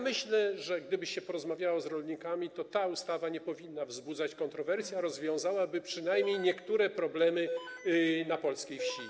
Myślę, że gdyby się porozmawiało z rolnikami, to ta ustawa nie wzbudzałaby kontrowersji i rozwiązałaby przynajmniej niektóre problemy na polskiej wsi.